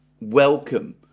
welcome